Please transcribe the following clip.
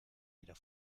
wieder